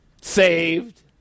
Saved